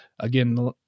Again